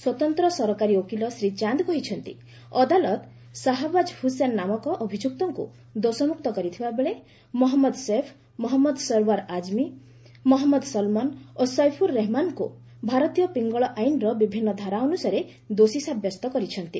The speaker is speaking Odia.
ସ୍ୱତନ୍ତ୍ର ସରକାରୀ ଓକିଲ ଶ୍ରୀ ଚାନ୍ଦ କହିଛନ୍ତି ଅଦାଲତ ସାହାବାଜ ହୁସେନ ନାମକ ଅଭିଯୁକ୍ତଙ୍କୁ ଦୋଷମୁକ୍ତ କରିଥିବା ବେଳେ ମହମ୍ମଦ ସୈଫ୍ ମହମ୍ମଦ ସରଓ୍ୱାର୍ ଆଜମି ମହମ୍ମଦ ସଲମନ ଓ ସୈଫୁର୍ ରେହେମାନଙ୍କୁ ଭାରତୀୟ ପିଙ୍ଗଳ ଆଇନ୍ର ବିଭିନ୍ନ ଧାରା ଅନୁସାରେ ଦୋଷୀ ସାବ୍ୟସ୍ତ କରିଛନ୍ତି